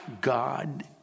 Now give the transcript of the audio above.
God